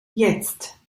jetzt